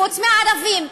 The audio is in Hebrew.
חוץ מהערבים.